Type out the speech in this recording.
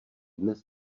dnes